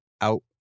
out